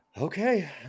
Okay